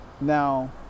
Now